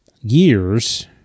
years